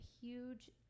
huge